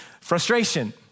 Frustration